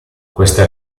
questa